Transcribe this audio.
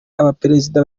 abaperezida